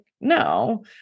no